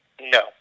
No